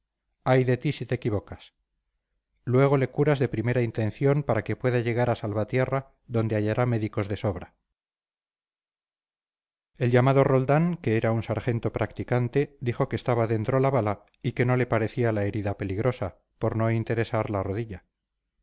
ay de ti si te equivocas luego le curas de primera intención para que pueda llegar a salvatierra donde hallará médicos de sobra el llamado roldán que era un sargento practicante dijo que estaba dentro la bala y que no le parecía la herida peligrosa por no interesar la rodilla